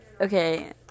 okay